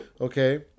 Okay